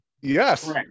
Yes